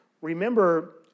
remember